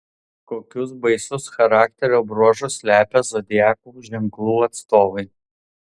kokius baisius charakterio bruožus slepia zodiako ženklų atstovai